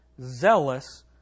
zealous